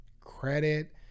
credit